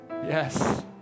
Yes